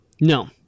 No